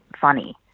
funny